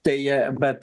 tai bet